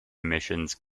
missions